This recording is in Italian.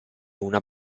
una